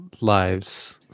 lives